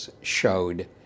showed